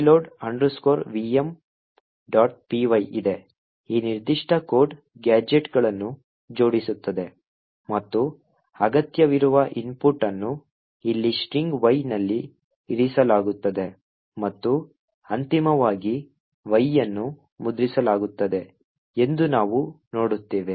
py ಇದೆ ಈ ನಿರ್ದಿಷ್ಟ ಕೋಡ್ ಗ್ಯಾಜೆಟ್ಗಳನ್ನು ಜೋಡಿಸುತ್ತದೆ ಮತ್ತು ಅಗತ್ಯವಿರುವ ಇನ್ಪುಟ್ ಅನ್ನು ಇಲ್ಲಿ ಸ್ಟ್ರಿಂಗ್ Y ನಲ್ಲಿ ಇರಿಸಲಾಗುತ್ತದೆ ಮತ್ತು ಅಂತಿಮವಾಗಿ Y ಅನ್ನು ಮುದ್ರಿಸಲಾಗುತ್ತದೆ ಎಂದು ನಾವು ನೋಡುತ್ತೇವೆ